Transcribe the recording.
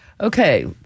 Okay